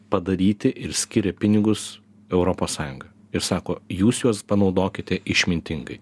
padaryti ir skiria pinigus europos sąjunga ir sako jūs juos panaudokite išmintingai